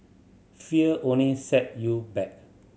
fear only set you back